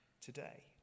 today